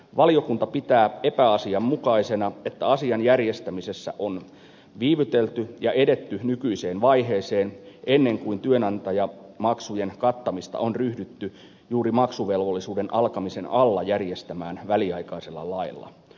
valiokunta pitää epäasianmukaisena että asian järjestämisessä on viivytelty ja edetty nykyiseen vaiheeseen ennen kuin työnantajamaksujen kattamista on ryhdytty juuri maksuvelvollisuuden alkamisen alla järjestämään väliaikaisella lailla